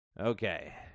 Okay